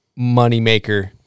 moneymaker